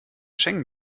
schengen